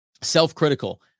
self-critical